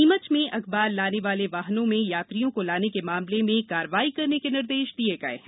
नीमच में अखबार लाने वाले वाहनों में यात्रियों को लाने के मामले में कार्यवाही करने के निर्देश दिये गये हैं